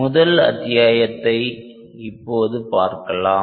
முதல் அத்தியாயத்தை இப்போது பார்க்கலாம்